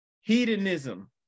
Hedonism